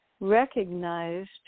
recognized